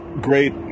great